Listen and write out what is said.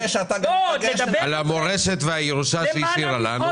--- תודה על המורשת והירושה שהיא השאירה לנו.